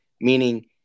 meaning